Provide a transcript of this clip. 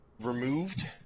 removed